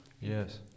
Yes